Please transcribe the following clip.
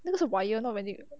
那个 wire not man made 的